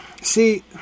see